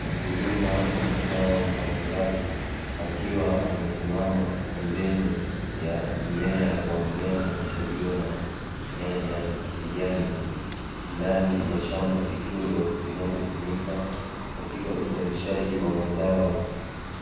Mkulima wa mazao mbalimbali akiwa amesimama pembeni ya mmea wa nyanya, ulio na nyanya za kijani, ndani ya shamba kituo, linalotumika katika uzalishaji wa mazao